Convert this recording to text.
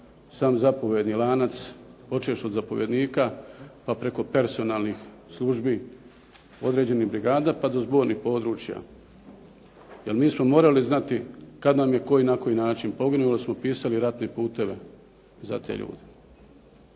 sam zapovjedni lanac počevši od zapovjednika pa preko personalnih službi određenih brigada pa do zbornih područja. Jer mi smo morali znati kad nam je koji na koji način poginuo jer smo pisali ratne puteve za te ljude.